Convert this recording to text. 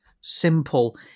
simple